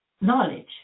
knowledge